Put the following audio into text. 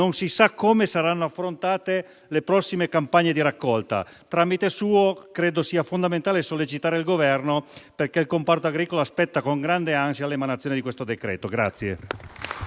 saranno affrontate le prossime campagne di raccolta. Con il suo tramite, signor Presidente, credo sia fondamentale sollecitare il Governo perché il comparto agricolo aspetta con grande ansia l'emanazione di questo decreto.